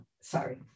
sorry